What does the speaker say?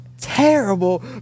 Terrible